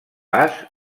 pas